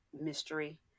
mystery